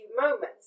moments